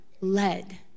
led